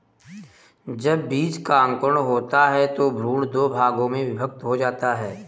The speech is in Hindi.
जब बीज का अंकुरण होता है तो भ्रूण दो भागों में विभक्त हो जाता है